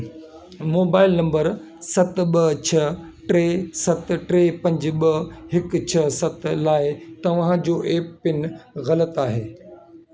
mobile number सत ॿ छह टे सत टे पंज ॿ हिकु छह सत लाए तव्हां जो एमपिन ग़लति आहे